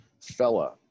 fella